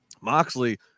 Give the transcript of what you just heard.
moxley